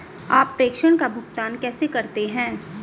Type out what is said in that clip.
आप प्रेषण का भुगतान कैसे करते हैं?